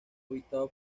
habitado